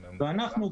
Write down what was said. ואנחנו,